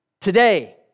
Today